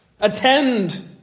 Attend